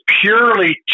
purely